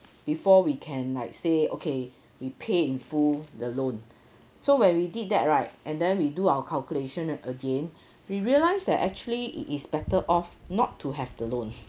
before we can like say okay we pay in full the loan so when we did that right and then we do our calculation again we realise that actually it is better off not to have the loan